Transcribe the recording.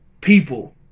people